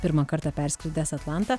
pirmą kartą perskridęs atlantą